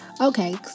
okay